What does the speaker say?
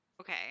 Okay